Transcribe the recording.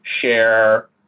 share